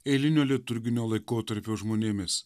eiliniu liturginio laikotarpio žmonėmis